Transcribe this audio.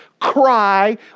cry